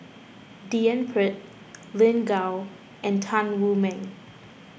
D N Pritt Lin Gao and Tan Wu Meng